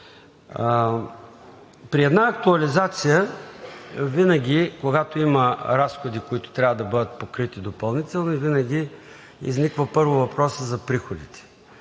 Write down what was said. При една актуализация винаги когато има разходи, които трябва да бъдат покрити допълнително, винаги изниква първо въпросът за приходите.